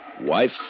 wife